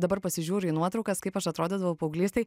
dabar pasižiūriu į nuotraukas kaip aš atrodydavau paauglystėj